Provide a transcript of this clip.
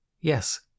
Yes